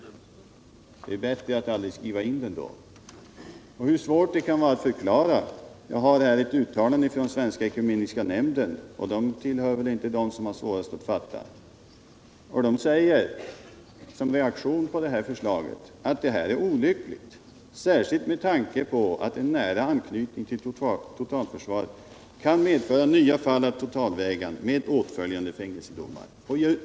Det är bättre att då aldrig skriva in det. Jag har ett exempel på hur svårt det kan vara att förklara. Det är ett uttalande från svenska ekumeniska nämnden, som väl inte tillhör dem som har svårt att fatta. Men den säger som reaktion på förslaget att det är olyckligt, särskilt med tanke på att en nära anknytning till totalförsvaret kan medföra nya fall av totalvägran med åtföljande fängelsedomar.